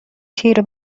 تیره